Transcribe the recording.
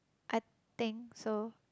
I think so